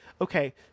okay